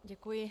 Děkuji.